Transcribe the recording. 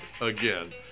again